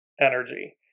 energy